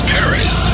Paris